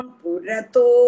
purato